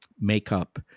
makeup